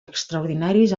extraordinaris